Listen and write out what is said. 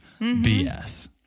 BS